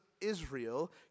Israel